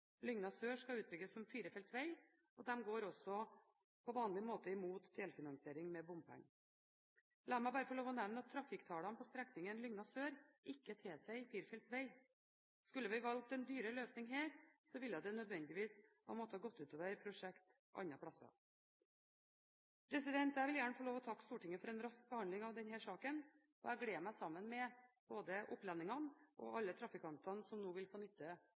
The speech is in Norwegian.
Lygna sør skal bygges ut som firefelts veg, og de går også på vanlig måte mot delfinansiering med bompenger. La meg bare få lov til å nevne at trafikktallene på strekningen Lygna sør ikke tilsier firefelts veg. Skulle vi valgt en dyrere løsning her, ville det nødvendigvis gått ut over prosjekter andre steder. Jeg vil gjerne få lov til å takke Stortinget for en rask behandling av denne saken, og jeg gleder meg sammen med både opplendingene og alle trafikantene som nå vil få nytte